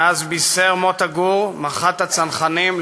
מאז בישר מוטה גור מח"ט הצנחנים,